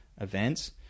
events